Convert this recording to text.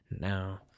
now